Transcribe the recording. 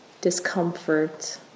discomfort